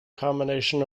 combination